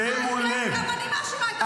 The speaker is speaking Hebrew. גם אני מאשימה את אחים לנשק, אז מה?